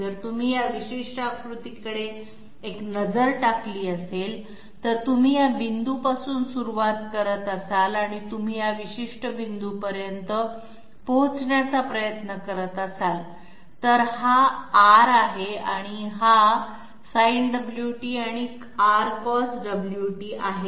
जर तुम्ही या बिंदूपासून सुरुवात करत असाल आणि तुम्ही या विशिष्ट बिंदूपर्यंत पोहोचण्याचा प्रयत्न करत असाल तर हा R आहे आणि हा Sinωt आणि R Cosωt आहे